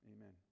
Amen